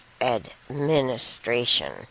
Administration